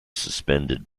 suspended